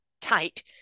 tight